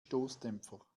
stoßdämpfer